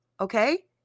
Okay